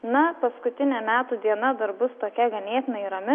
na paskutinė metų diena dar bus tokia ganėtinai rami